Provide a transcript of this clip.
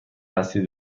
هستید